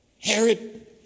Herod